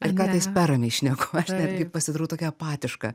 ir kartais per ramiai šneku aš netgi pasidarau tokia apatiška